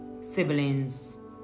siblings